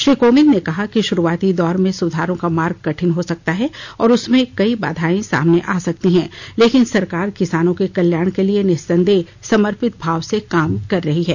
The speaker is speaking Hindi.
श्री कोविंद ने कहा कि शुरुआती दौर में सुधारों का मार्ग कठिन हो सकता है और उसमें कई बाधाएं सामने आ सकती हैं लेकिन सरकार किसानों के कल्याण के लिए निसंदेह समर्पित भाव से काम किया है